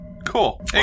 Cool